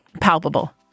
palpable